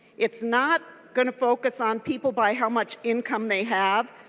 it is not going to focus on people by how much income they have.